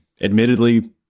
admittedly